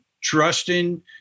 trusting